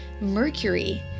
mercury